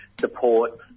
support